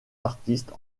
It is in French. artistes